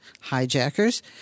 hijackers